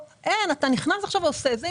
אבל היום אתה נכנס ועושה את זה.